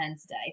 today